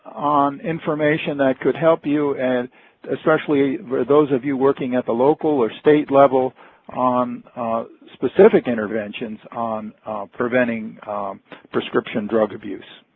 on information that could help you, and especially those of you working at the local or state level on specific interventions on preventing prescription drug abuse.